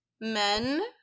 men